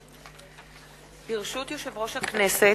ברשות יושב-ראש הכנסת,